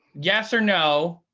yes or no?